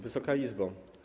Wysoka Izbo!